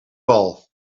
bal